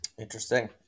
Interesting